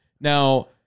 Now